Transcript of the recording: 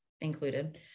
included